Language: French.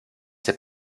ses